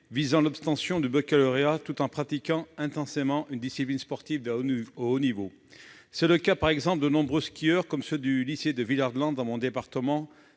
visant l'obtention du baccalauréat parallèlement à la pratique intensive d'une discipline sportive à haut niveau. C'est le cas, par exemple, de nombreux skieurs, comme ceux du lycée de Villard-de-Lans dans mon département,